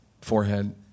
forehead